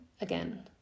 again